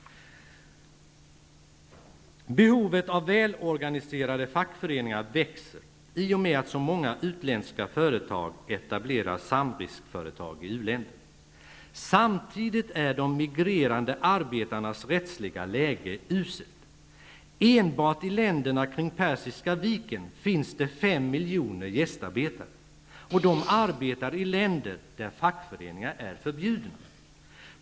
Behovet av välorganiserade fackföreningar växer i och med att så många utländska företag etablerar samriskföretag i u-länder. Samtidigt är de migrerande arbetarnas rättsliga läge uselt. Enbart i länderna kring Persiska viken finns det fem miljoner gästarbetare, och de arbetar i länder där fackföreningar är förbjudna.